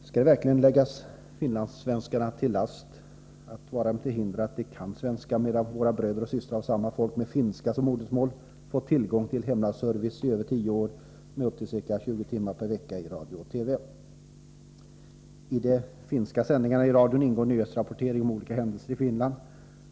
Skall det verkligen läggas finlandssvenskarna till last och vara dem till hinders att de kan svenska, medan våra bröder och systrar av samma folk med finska som modersmål fått tillgång till hemlandsservice i över tio år med upp till 20 timmar per vecka i radio och TV? I de finska sändningarna i radion ingår nyhetsrapportering om olika händelser i Finland.